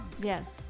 Yes